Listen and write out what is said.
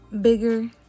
bigger